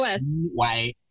white